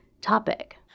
topic